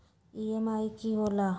EMI की होला?